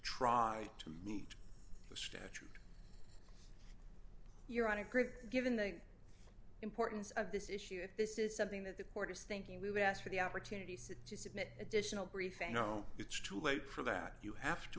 try to meet the statute you're on a grid given the importance of this issue at this is something that the court is thinking we've asked for the opportunity said to submit additional briefing no it's too late for that you have to